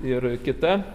ir kita